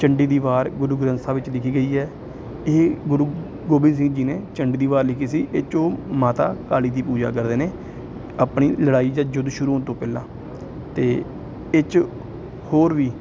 ਚੰਡੀ ਦੀ ਵਾਰ ਗੁਰੂ ਗ੍ਰੰਥ ਸਾਹਿਬ ਵਿੱਚ ਲਿਖੀ ਗਈ ਹੈ ਇਹ ਗੁਰੂ ਗੋਬਿੰਦ ਸਿੰਘ ਜੀ ਨੇ ਚੰਡੀ ਦੀ ਵਾਰ ਲਿਖੀ ਸੀ ਇਹ 'ਚ ਉਹ ਮਾਤਾ ਕਾਲੀ ਦੀ ਪੂਜਾ ਕਰਦੇ ਨੇ ਆਪਣੀ ਲੜਾਈ 'ਚ ਯੁੱਧ ਸ਼ੁਰੂ ਹੋਣ ਤੋਂ ਪਹਿਲਾਂ ਅਤੇ ਇਹ 'ਚ ਹੋਰ ਵੀ